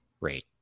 rate